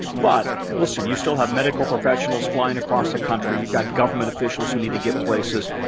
but listen, you still have medical professionals flying across the country. you've got government officials who need to get places.